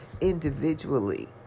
individually